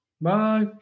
Bye